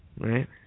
Right